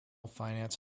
finance